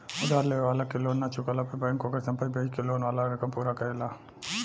उधार लेवे वाला के लोन ना चुकवला पर बैंक ओकर संपत्ति बेच के लोन वाला रकम पूरा करेला